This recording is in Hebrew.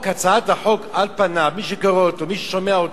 הצעת החוק על פניה, מי שקורא אותה,